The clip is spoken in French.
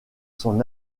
son